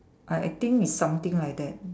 I I think is something like that